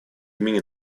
имени